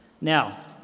Now